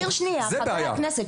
חבר הכנסת,